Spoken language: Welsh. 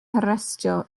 harestio